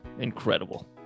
Incredible